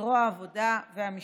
זרוע העבודה והמשפטים.